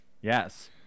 yes